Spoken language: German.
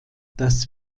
das